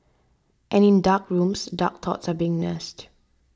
and in dark rooms dark thoughts are being nursed